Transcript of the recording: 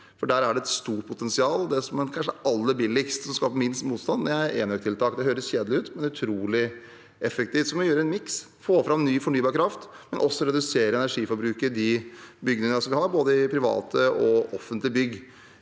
for der er det et stort potensial. Det som kanskje er aller billigst og skaper minst motstand, er enøktiltak. Det høres kjedelig ut, men det er utrolig effektivt. Så vi må gjøre en miks: få fram ny fornybar kraft, men også redusere energiforbruket i bygninger, i både private og offentlige.